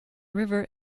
river